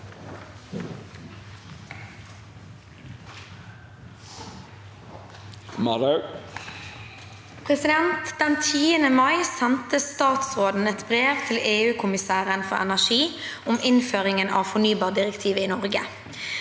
«Den 10. mai sendte statsråden et brev til EU-kommisæren for energi om innføringen av fornybardirektivet i Norge.